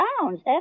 pounds